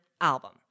album